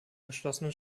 geschlossenen